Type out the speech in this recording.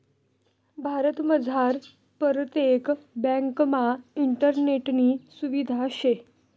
भारतमझार परतेक ब्यांकमा इंटरनेटनी सुविधा शे